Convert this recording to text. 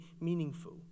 meaningful